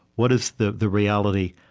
what is the the reality?